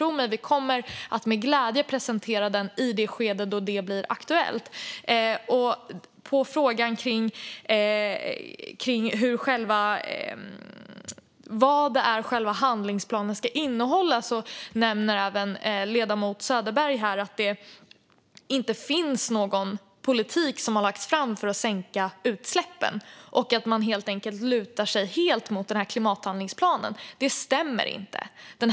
Vi kommer med glädje att presentera den när det är aktuellt. På frågan om vad själva handlingsplanen ska innehålla nämner ledamoten Söderberg att ingen politik har lagts fram för att sänka utsläppen och att man helt lutar sig mot klimathandlingsplanen. Det stämmer inte.